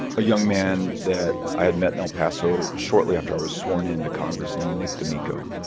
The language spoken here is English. a young man that i had met in el paso shortly after i was sworn into congress named nick d'amico